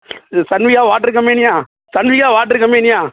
இது ஷன்விகா வாட்டர் கம்பெனியா ஷன்விகா வாட்ரு கம்பெனியா